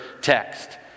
text